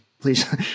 Please